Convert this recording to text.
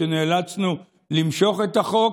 כשנאלצנו למשוך את החוק,